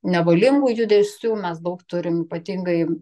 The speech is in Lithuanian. nevalingų judesių mes daug turim ypatingai